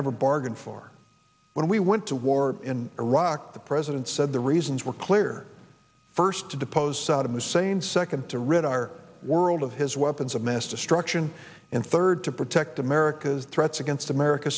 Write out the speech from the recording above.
never bargained for when we went to war in iraq the president said the reasons were clear first to depose saddam hussein second to rid our world of his weapons of mass destruction and third to protect america's threats against america